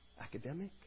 academic